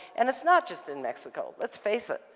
and it's not just in mexico. let's face it.